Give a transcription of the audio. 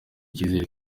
icyizere